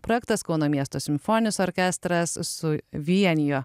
projektas kauno miesto simfoninis orkestras su vienijo